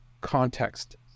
context